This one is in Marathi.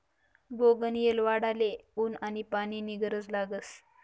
बोगनयेल वाढाले ऊन आनी पानी नी गरज लागस